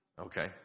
Okay